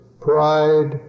pride